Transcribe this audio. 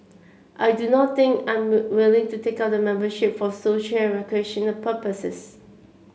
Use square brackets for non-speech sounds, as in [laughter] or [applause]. I do not think I am [unintelligible] willing to take up the membership for social recreational purposes